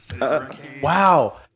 Wow